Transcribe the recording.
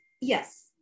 Yes